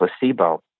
placebo